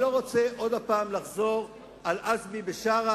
אני לא רוצה לחזור עוד פעם על עניין עזמי בשארה,